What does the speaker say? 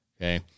Okay